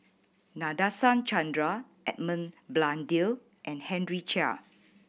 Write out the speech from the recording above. Nadasen Chandra Edmund Blundell and Henry Chia